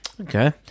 okay